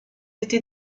été